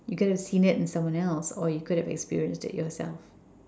you could have seen it in someone else or you could have experienced it yourself